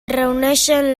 reuneixen